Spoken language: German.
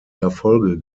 erfolge